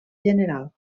general